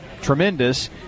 tremendous